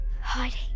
Hiding